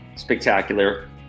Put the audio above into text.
spectacular